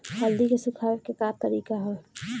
हल्दी के सुखावे के का तरीका ह?